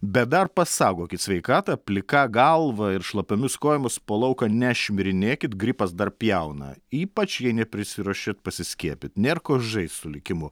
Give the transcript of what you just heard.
bet dar pasaugokit sveikatą plika galva ir šlapiomis kojomis po lauką nešmirinėkit gripas dar pjauna ypač jei neprisiruošėt pasiskiepyt nėr ko žaist su likimu